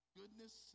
goodness